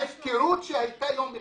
ההפקרות שהייתה יום אחד,